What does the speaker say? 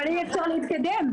אבל אי אפשר להתקדם.